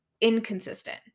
inconsistent